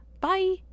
Bye